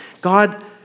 God